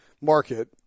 market